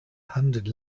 hundred